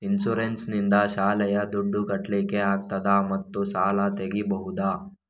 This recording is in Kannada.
ಇನ್ಸೂರೆನ್ಸ್ ನಿಂದ ಶಾಲೆಯ ದುಡ್ದು ಕಟ್ಲಿಕ್ಕೆ ಆಗ್ತದಾ ಮತ್ತು ಸಾಲ ತೆಗಿಬಹುದಾ?